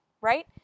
right